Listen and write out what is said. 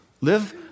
Live